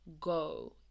go